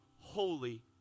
holy